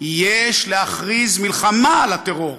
יש להכריז מלחמה על הטרור.